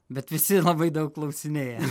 bet visi labai daug klausinėja